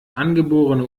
angeborene